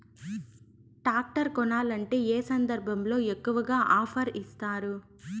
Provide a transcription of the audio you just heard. Tractor కొనాలంటే ఏ సందర్భంలో ఎక్కువగా ఆఫర్ ఇస్తారు?